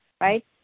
right